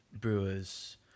brewers